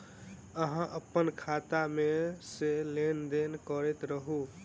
अहाँ अप्पन खाता मे सँ लेन देन करैत रहू?